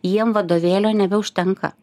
jiem vadovėlio nebeužtenka